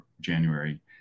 January